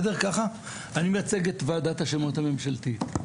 אני מייצג את ועדת השמות הממשלתית.